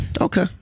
Okay